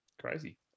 Crazy